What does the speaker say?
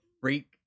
freak